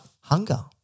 Hunger